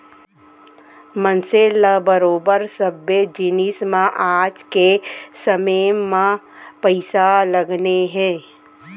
मनसे ल बरोबर सबे जिनिस म आज के समे म पइसा लगने हे